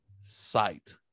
sight